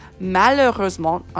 Malheureusement